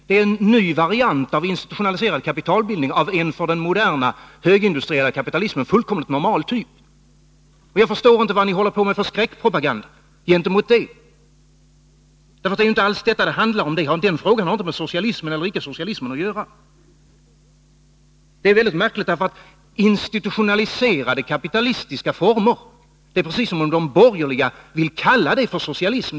Det är en ny variant av institutionaliserad kapitalbildning av för den moderna, högindustrialiserade kapitalismen fullkomligt normal typ. Jag förstår inte vad ni håller på med för skräckpropaganda. Frågan har inte med socialism eller inte socialism att göra. Det är precis som om de borgerliga vill kalla institutionaliserade kapitalistiska former för socialism.